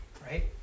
right